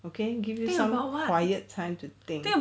okay give me some quiet time to think